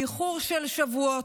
באיחור של שבועות.